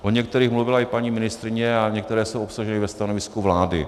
O některých mluvila i paní ministryně a některé jsou obsaženy ve stanovisku vlády.